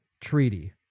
treaty